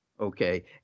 Okay